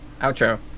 Outro